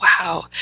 wow